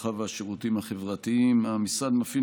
הרווחה והשירותים החברתיים: המשרד מפעיל